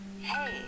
Hey